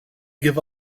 give